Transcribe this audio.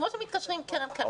כמו שמתקשרים עם קרן קר"ב.